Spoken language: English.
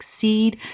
succeed